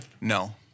No